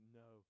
no